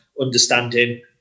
understanding